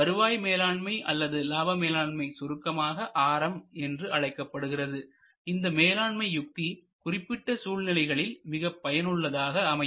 வருவாய் மேலாண்மை அல்லது லாபம் வேளாண்மை சுருக்கமாக RM என்று அழைக்கப்படுகிறது இந்த மேலாண்மை யுக்தி குறிப்பிட்ட சூழ்நிலைகளில் மிக பயனுள்ளதாக அமையும்